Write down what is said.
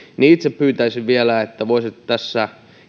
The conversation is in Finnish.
niin itse pyytäisin vielä että voisitte tässä